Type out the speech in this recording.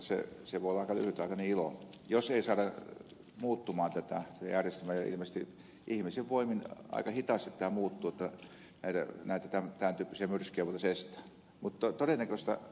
se voi olla aika lyhytaikainen ilo jos ei saada muuttumaan tätä järjestelmää ja ilmeisesti ihmisen voimin aika hitaasti tämä muuttuu että näitä tämäntyyppisiä myrskyjä voitaisi estää